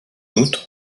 outre